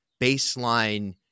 baseline